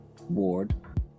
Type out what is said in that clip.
ward